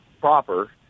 proper